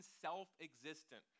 self-existent